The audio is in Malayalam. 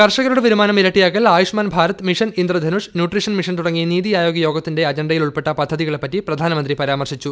കർഷകരുടെ വരുമാനം ഇരട്ടിയാക്കൽ ് ആയു്ഷ്മാൻ ഭാരത് മിഷൻ ഇന്ദ്രധനുഷ് നുട്രീഷ്യൻ മിഷ്ടന്റി തുടങ്ങി നീതി ആയോഗ് യോഗത്തിന്റെ അജണ്ടയിൽ ഉൾപ്പെട്ട പദ്ധതികളെപ്പറ്റി പ്രധാനമന്ത്രി പരാമർശിച്ചു